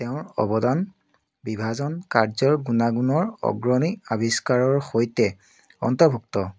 তেওঁৰ অৱদান বিভাজন কাৰ্যৰ গুণাগুণৰ অগ্ৰণী আৱিষ্কাৰৰ সৈতে অন্তৰ্ভুক্ত